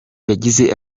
yagize